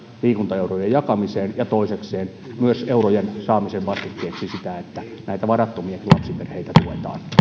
liikuntaeurojen jakamiseen ja toisekseen myös eurojen saamisen vastikkeeksi sitä että näitä varattomia lapsiperheitä tuetaan